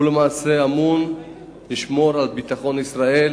הוא ממונה על שמירת ביטחון ישראל